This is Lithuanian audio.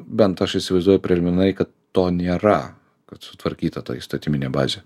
bent aš įsivaizduoju preliminariai kad to nėra kad sutvarkyta ta įstatyminė bazė